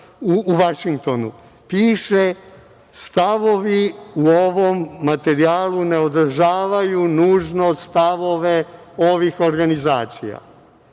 u Vašingtonu, piše stavovi u ovom materijalu ne odražavaju nužno stavove ovih organizacija. Prema